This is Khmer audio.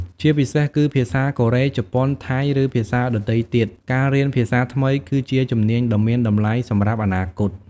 ជាពិសេសគឺ ភាសាកូរ៉េ ជប៉ុន ថៃ ឬភាសាដទៃទៀត ការរៀនភាសាថ្មីគឺជាជំនាញដ៏មានតម្លៃសម្រាប់អនាគត។